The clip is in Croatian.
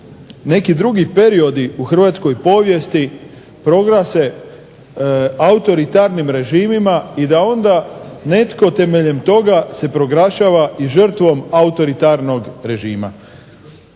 neki drugi periodi u hrvatskoj povijesti proglase autoritarnim režimima i da onda netko temeljem toga se proglašava i žrtvom autoritarnog režima.